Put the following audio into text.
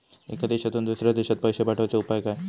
एका देशातून दुसऱ्या देशात पैसे पाठवचे उपाय काय?